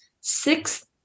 six